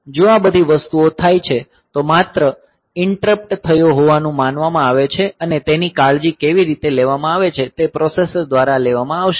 જો આ બધી વસ્તુઓ થાય છે તો માત્ર એક ઈંટરપ્ટ થયો હોવાનું માનવામાં આવે છે અને તેની કાળજી કેવી રીતે લેવામાં આવે છે તે પ્રોસેસર દ્વારા લેવામાં આવશે